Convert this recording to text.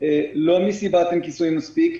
לא מסיבת אין כיסוי מספיק.